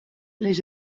les